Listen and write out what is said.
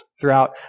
throughout